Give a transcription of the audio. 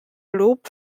lob